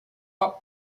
hop